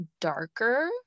darker